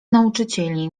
nauczycieli